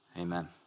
amen